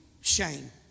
Shame